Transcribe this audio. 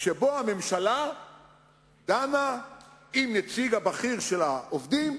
שבו הממשלה דנה עם הנציג הבכיר של העובדים,